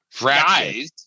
guys